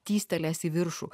tįstelės į viršų